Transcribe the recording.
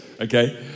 Okay